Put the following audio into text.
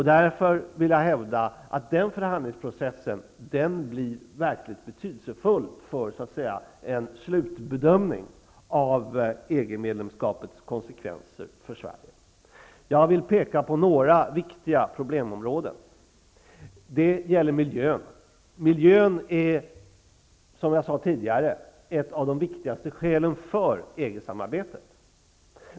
Därför vill jag hävda att den förhandlingsprocessen blir verkligt betydelsefull för en slutbedömning av EG-medlemskapets konsekvenser för Sverige. Jag vill peka på några viktiga problemområden. Ett av dem gäller miljön. Miljön är, som jag sade tidigare, ett av de viktigaste skälen för EG-samarbetet.